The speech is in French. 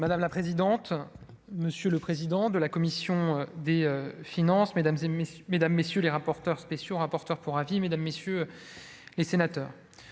Madame la présidente, monsieur le président de la commission des finances, mesdames et messieurs, mesdames, messieurs les rapporteurs spéciaux, rapporteur pour avis, mesdames, messieurs les sénateurs,